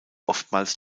oftmals